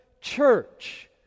church